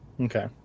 Okay